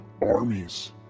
Armies